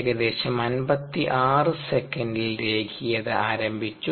ഏകദേശം 56 സെക്കൻഡിൽ രേഖീയത ആരംഭിച്ചു